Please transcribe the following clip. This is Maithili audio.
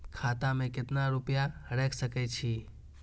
खाता में केतना रूपया रैख सके छी?